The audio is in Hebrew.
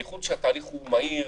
בייחוד שהתהליך הוא מהיר